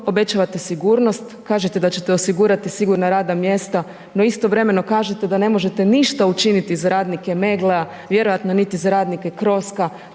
obećavate sigurnost kažete da ćete osigurati sigurna radna mjesta, no istovremeno kažete da ne možete ništa učiniti za radnike Meggle-a, vjerojatno niti za radnike Crosca,